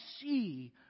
see